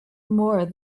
more